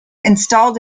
installed